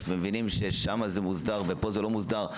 ומבינים ששם זה מוסדר ופה זה לא מוסדר.